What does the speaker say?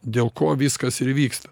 dėl ko viskas ir vyksta